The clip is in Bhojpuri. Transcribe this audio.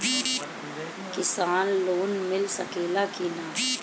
किसान लोन मिल सकेला कि न?